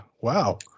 Wow